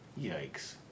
Yikes